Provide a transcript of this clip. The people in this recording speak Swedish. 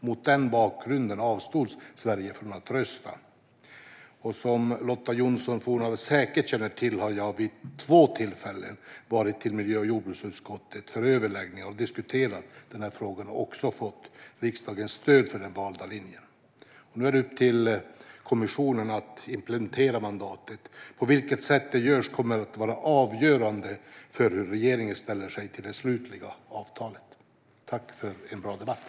Mot den bakgrunden avstod Sverige från att rösta. Som Lotta Johnsson Fornarve säkert känner till har jag vid två tillfällen varit till miljö och jordbruksutskottet för överläggningar och diskuterat frågan, och jag har fått riksdagens stöd för den valda linjen. Nu är det upp till kommissionen att implementera mandatet. På vilket sätt det görs kommer att vara avgörande för hur regeringen ställer sig till det slutliga avtalet. Jag tackar för en bra debatt.